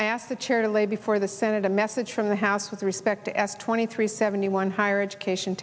i asked the chair to lay before the senate a message from the house with respect to x twenty three seventy one higher education